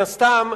מן הסתם,